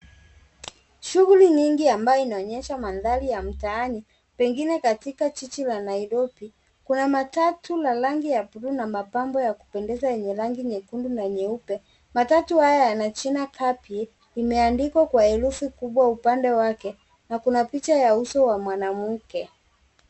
Shughuli nyingi ambayo inaonyesha mandhari ya mtaani pengine katika jiji la Nairobi. Kuna matatu la rangi ya bluu na mapambo ya kupendeza yenye rangi nyekundu na nyeupe. Matatu haya yana jina Cardi imeandikwa kwa herufi kubwa upande wake na kuna picha ya uso wa mwanamke.